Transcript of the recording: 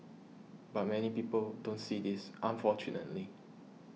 but many people don't see this unfortunately